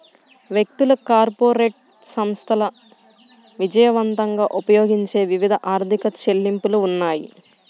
వ్యక్తులు, కార్పొరేట్ సంస్థలు విజయవంతంగా ఉపయోగించే వివిధ ఆర్థిక చెల్లింపులు ఉన్నాయి